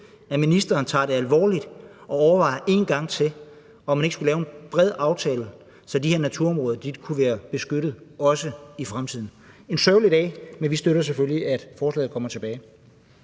at ministeren tager det alvorligt og overvejer en gang til, om man ikke skulle lave en bred aftale, så de her naturområder også kunne være beskyttet i fremtiden. Det er en sørgelig dag, men vi støtter selvfølgelig, at forslaget bliver taget